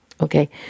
Okay